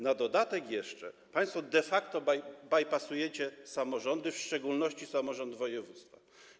Na dodatek jeszcze państwo de facto bajpasujecie samorządy, w szczególności samorząd województwa.